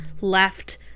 left